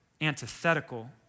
antithetical